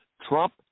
Trump